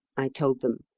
i told them.